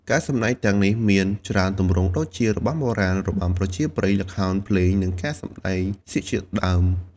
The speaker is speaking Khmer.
ការសម្តែងទាំងនេះមានច្រើនទម្រង់ដូចជា របាំបុរាណ របាំប្រជាប្រិយ ល្ខោន ភ្លេង និងការសម្តែងសៀកជាដើម។